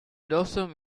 dorsum